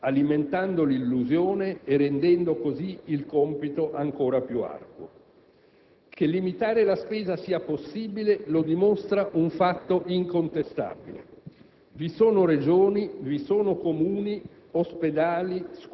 È invece facile predicarlo ogni giorno dalle tribune, alimentando l'illusione e rendendo così il compito ancora più arduo. Che limitare la spesa sia possibile lo dimostra un fatto incontestabile: